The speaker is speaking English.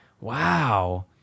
Wow